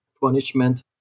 punishment